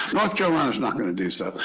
north carolina is not going to do so.